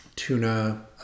tuna